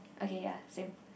okay same